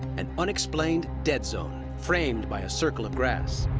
an unexplained dead zone framed by a circle of grass.